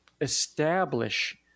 establish